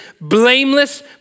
blameless